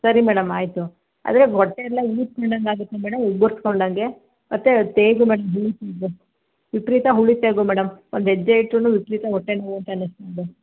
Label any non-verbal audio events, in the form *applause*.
ಸರಿ ಮೇಡಮ್ ಆಯಿತು ಅದೇ ಹೊಟ್ಟೆ ಎಲ್ಲ ಊದ್ಕೊಂಡಂಗೆ ಆಗುತ್ತೆ ಮೇಡಮ್ ಉಬ್ಬರ್ಸ್ಕೊಂಡಂಗೆ ಮತ್ತು ತೇಗು ಮತ್ತು *unintelligible* ವಿಪರೀತ ಹುಳಿ ತೇಗು ಮೇಡಮ್ ಒಂದು ಹೆಜ್ಜೆ ಇಟ್ರು ವಿಪರೀತ ಹೊಟ್ಟೆ ನೋವು ಅಂತ ಅನ್ನಿಸ್ತಿದೆ